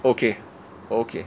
okay okay